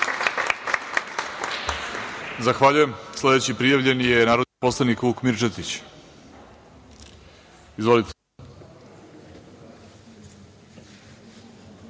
Zahvaljujem. Sledeći prijavljeni je narodni poslanik Vuk Mirčetić. **Vuk